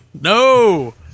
No